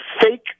fake